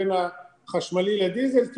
בין החשמלי לדיזל.